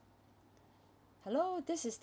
hello this is